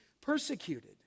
persecuted